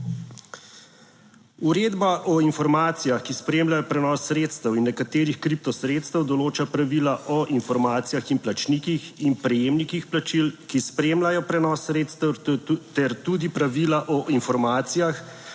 Uredba o informacijah, ki spremljajo prenos sredstev in nekaterih kriptosredstev, določa pravila o informacijah in plačnikih in prejemnikih plačil, ki spremljajo prenos sredstev, ter tudi pravila o informacijah